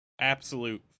absolute